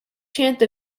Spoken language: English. chance